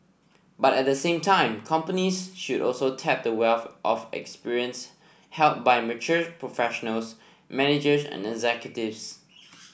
but at the same time companies should also tap the wealth of experience held by mature professionals managers and executives